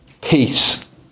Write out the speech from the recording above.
peace